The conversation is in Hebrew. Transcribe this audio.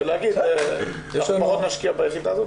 ולהגיד 'פחות נשקיע ביחידה הזאת,